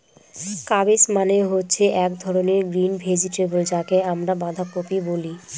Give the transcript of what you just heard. cabbage মানে হচ্ছে এক ধরনের গ্রিন ভেজিটেবল যাকে আমরা বাঁধাকপি বলে